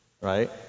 right